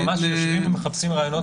אנחנו ממש יושבים ומחפשים רעיונות.